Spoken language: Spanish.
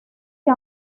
que